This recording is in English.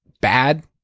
bad